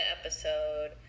episode